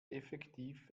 effektiv